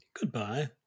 goodbye